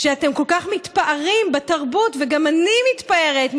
שאתם כל כך מתפארים בתרבות וגם אני מתפארת בתרבות,